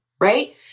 right